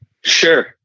Sure